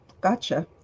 gotcha